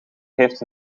heeft